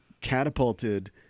catapulted